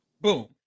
boom